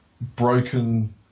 broken